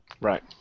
Right